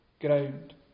ground